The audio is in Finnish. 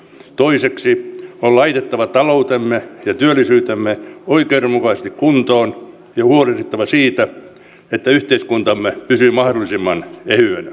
toiseksi on laitettava taloutemme ja työllisyytemme oikeudenmukaisesti kuntoon ja huolehdittava siitä että yhteiskuntamme pysyy mahdollisimman ehyenä